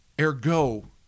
ergo